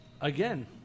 again